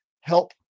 help